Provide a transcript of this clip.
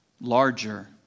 larger